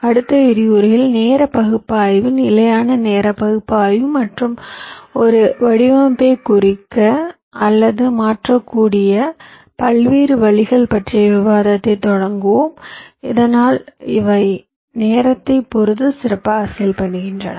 அடுத்த விரிவுரையில் நேர பகுப்பாய்வு நிலையான நேர பகுப்பாய்வு மற்றும் ஒரு வடிவமைப்பைக் குறிக்க அல்லது மாற்றியமைக்கக்கூடிய பல்வேறு வழிகள் பற்றிய விவாதத்தைத் தொடங்குவோம் இதனால் அவை நேரத்தை பொறுத்து சிறப்பாக செயல்படுகின்றன